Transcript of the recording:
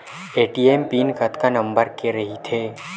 ATM pin कतका number के रही थे?